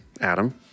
Adam